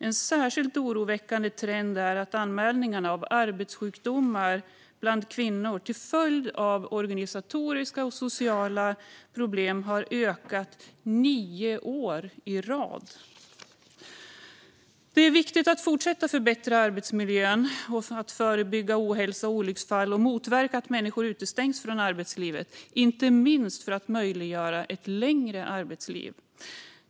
En särskilt oroväckande trend är att anmälningarna av arbetssjukdomar bland kvinnor till följd av organisatoriska och sociala problem har ökat i nio år i rad. Det är viktigt att fortsätta förbättra arbetsmiljön, förebygga ohälsa och olycksfall och motverka att människor utestängs från arbetslivet, inte minst för att möjliggöra ett längre arbetsliv.